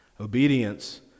Obedience